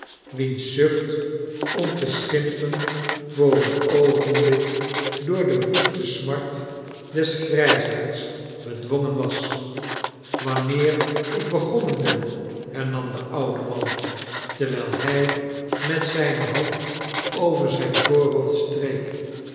wiens zucht om te schimpen voor een oogenblik door de woeste smart des grijsaards bedwongen was wanneer ik begonnen ben hernam de oude man terwijl hij met zijne hand over zijn voorhoofd streek